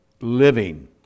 living